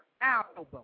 album